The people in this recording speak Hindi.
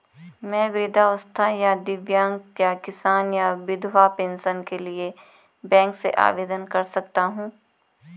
मैं वृद्धावस्था या दिव्यांग या किसान या विधवा पेंशन के लिए बैंक से आवेदन कर सकता हूँ?